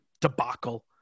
debacle